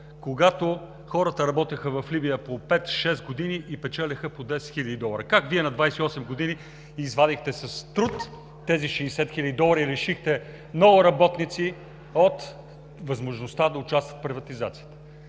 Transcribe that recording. когато хората работеха в Либия по пет-шест години и печелеха по 10 хиляди долара? Как Вие на 28 години извадихте с труд тези 70 хиляди долара и лишихте много работници от възможността да участват в приватизацията?